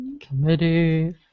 Committee